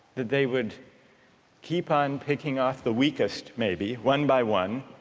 that they would keep on picking off the weakest maybe, one by one,